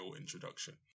introduction